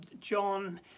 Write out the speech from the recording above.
John